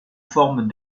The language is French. forme